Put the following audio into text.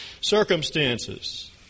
circumstances